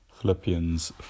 Philippians